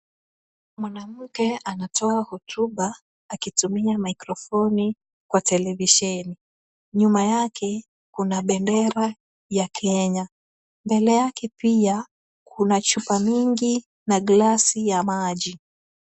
Mwanamke anatoa hotuba akitumia maikrofoni kwa televisheni. Nyuma yake kuna bendera ya kenya. Mbele yake pia kuna chupa nyingi na glasi ya maji.